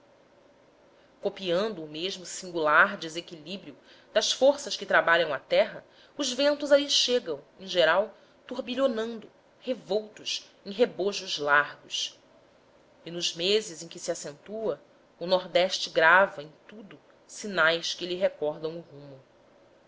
copiando o mesmo singular desequilíbrio das forças que trabalham a terra os ventos ali chegam em geral turbilhonando revoltos em rebojos largos e nos meses em que se acentua o nordeste grava em tudo sinais que lhe recordam o rumo